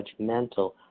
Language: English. judgmental